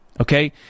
Okay